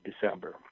December